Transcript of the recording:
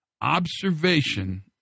Observation